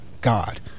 God